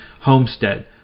homestead